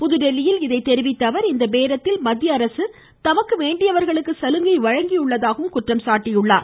புதுதில்லியில் இதை தெரிவித்த அவர் இந்த பேரத்தில் மத்திய அரசு தமக்கு வேண்டியவர்களுக்கு சலுகை வழங்கியுள்ளதாக குற்றம் சாட்டினார்